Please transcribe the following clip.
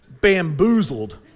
Bamboozled